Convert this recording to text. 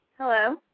Hello